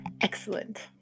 Excellent